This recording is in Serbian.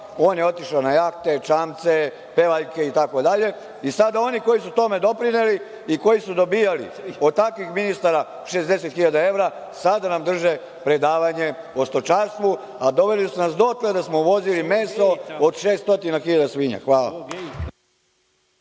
on je otišao na jahte, čamce, pevaljke itd. Sada, oni koji su tome doprineli i koji su dobijali od takvih ministara 60.000 evra, sada nam drže predavanje o stočarstvu, a doveli su nas dotle da smo uvozili meso od 600 kila svinja. Hvala.